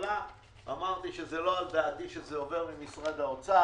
בהתחלה אמרתי שזה לא על דעתי שזה עובר ממשרד האוצר.